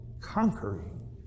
conquering